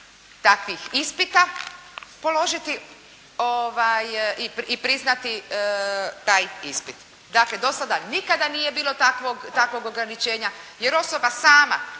ispita položiti i priznati taj ispit. Dakle, do sada nikada nije bilo takvog ograničenja, jer osoba sam